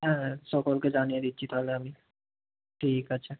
হ্যাঁ হ্যাঁ সকলকে জানিয়ে দিচ্ছি তাহলে আমি ঠিক আছে